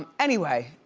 um anyway,